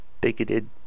bigoted